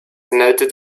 noted